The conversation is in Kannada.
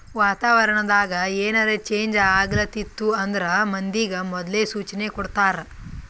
ವಾತಾವರಣ್ ದಾಗ್ ಏನರೆ ಚೇಂಜ್ ಆಗ್ಲತಿತ್ತು ಅಂದ್ರ ಮಂದಿಗ್ ಮೊದ್ಲೇ ಸೂಚನೆ ಕೊಡ್ತಾರ್